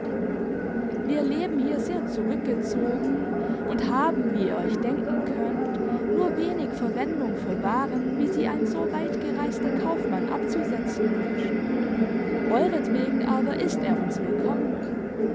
wir leben hier sehr zurückgezogen und haben wie ihr euch denken könnt nur wenig verwendung für waren wie sie ein so weit gereister kaufmann abzusetzen wünscht euretwegen aber ist er uns willkommen